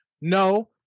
No